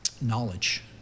knowledge